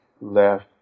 left